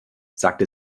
sagte